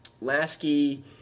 Lasky